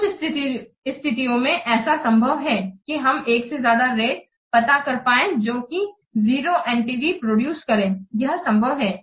कुछ स्थितियों में ऐसा संभव है कि हम एक से ज्यादा रेट पता कर पाए जो कि जीरो NPV प्रोड्यूस करें यह संभव है